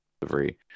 delivery